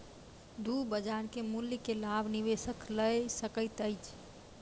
दू बजार के मूल्य के लाभ निवेशक लय सकैत अछि